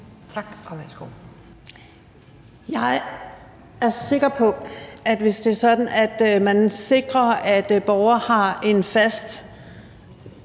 Jeg er sikker på, at hvis det er sådan, at det sikres, at borgere har noget fast